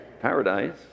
paradise